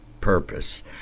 purpose